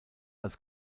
als